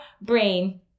brain